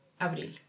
Abril